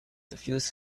suffused